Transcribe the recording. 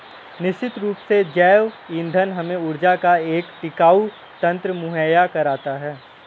निश्चित रूप से जैव ईंधन हमें ऊर्जा का एक टिकाऊ तंत्र मुहैया कराता है